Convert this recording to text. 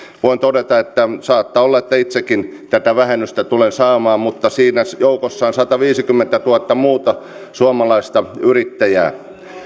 voin todeta että saattaa olla että itsekin tätä vähennystä tulen saamaan mutta siinä joukossa on sataviisikymmentätuhatta muuta suomalaista yrittäjää